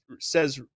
says